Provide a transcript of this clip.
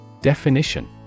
Definition